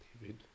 David